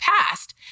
past